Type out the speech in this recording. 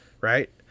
right